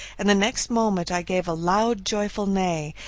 and the next moment i gave a loud, joyful neigh,